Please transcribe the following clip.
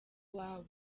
iwabo